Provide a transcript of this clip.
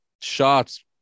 shots